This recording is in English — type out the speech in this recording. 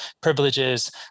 privileges